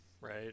right